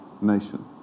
nation